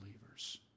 believers